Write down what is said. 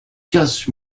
casse